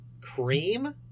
Cream